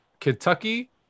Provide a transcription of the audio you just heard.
Kentucky